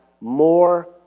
more